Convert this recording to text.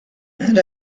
and